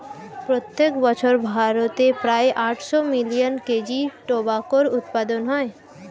প্রত্যেক বছর ভারতে প্রায় আটশো মিলিয়ন কেজি টোবাকোর উৎপাদন হয়